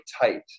tight